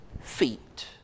feet